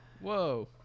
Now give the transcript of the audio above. whoa